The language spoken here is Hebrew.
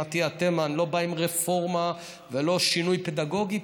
אני לא בא עם רפורמה ולא שינוי פדגוגי,